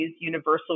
Universal